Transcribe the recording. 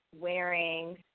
wearing